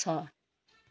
छ